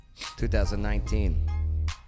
2019